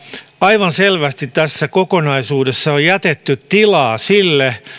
aivan selvästi tässä kokonaisuudessa on jätetty tilaa sille